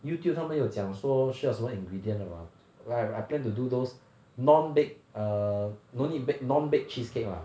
Youtube 上面有讲说需要什么 ingredient 的吗 like I I plan to do those non baked err no need bake non baked cheesecake lah